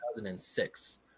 2006